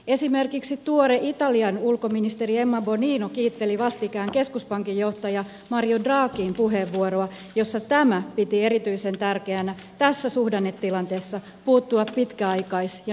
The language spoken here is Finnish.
esimerkiksi tuore italian ulkoministeri emma bonino kiitteli vastikään keskuspankin johtajan mario draghin puheenvuoroa jossa tämä piti erityisen tärkeänä tässä suhdannetilanteessa puuttua pitkäaikais ja nuorisotyöttömyyteen